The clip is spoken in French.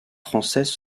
française